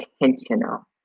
intentional